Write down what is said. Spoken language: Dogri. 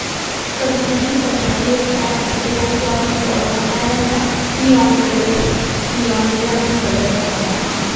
करना ही करना ऐ में एह् डिज़ाइन तोआरना ही तोआरना में लैआंदा निआन कल्लर निआन लैम्मन कल्लर लेआंदा में हां